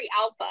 alpha